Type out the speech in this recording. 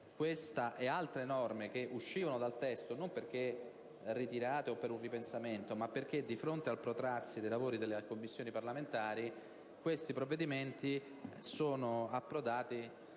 questa ed altre norme uscivano dal testo non perché ritirate o per un ripensamento, ma perché, di fronte al protrarsi dei lavori delle Commissioni parlamentari, sono state inserite in altri